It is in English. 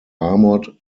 armoured